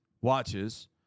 watches